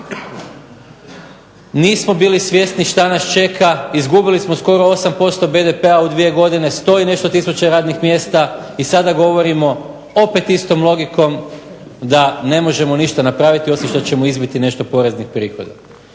Nismo bili svjesni šta nas čeka. Izgubili smo skoro 8% BDP-a u dvije godine, 100 i nešto tisuća radnih mjesta i sada govorimo opet istom logikom da ne možemo ništa napraviti osim što ćemo izbiti nešto poreznih prihoda.